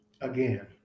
again